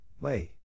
lay